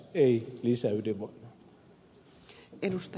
ei lisäydinvoimaa